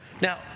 Now